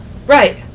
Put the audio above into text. Right